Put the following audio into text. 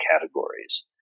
categories